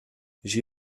j’y